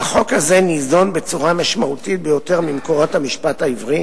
"החוק הזה ניזון בצורה משמעותית ביותר ממקורות המשפט העברי,